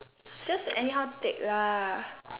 just anyhow take lah